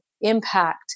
impact